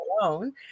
alone